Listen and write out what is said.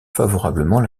favorablement